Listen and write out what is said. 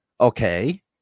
Okay